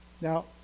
Now